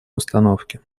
установки